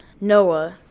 Noah